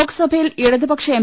ലോക്സഭയിൽ ഇടതുപക്ഷ എം